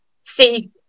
see